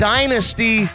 Dynasty